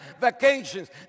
vacations